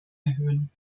erhöhen